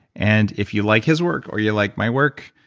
and if you like his work, or you like my work,